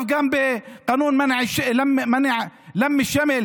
גם (אומר בערבית: בחוק איסור איחוד משפחות,)